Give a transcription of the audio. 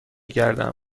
گردم